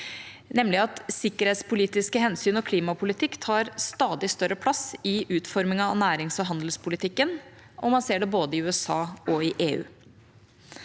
sikkerhetspolitiske hensyn og klimapolitikken tar større plass i utformingen av nærings- og handelspolitikken, og det er jeg enig i.